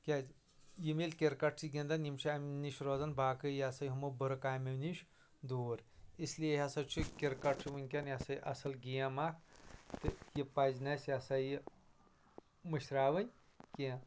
کیازِیم ییٚلہِ کِرکٹ چھِ گندان یم چھِ امہِ نَش روزان باقٕے یہ ہسا یہِ ہُمو بُرٕ کٲمیٚو نِش دوٗر اس لیے ہسا چھُ کِرکٹ ونکٮ۪ن یہ ہسا یہِ اصٕل گیم اکھ یہِ تہٕ پزِ نہٕ اَسہِ یہ ہسا یہِ مٔشراوٕنۍ کیٛنٚہہ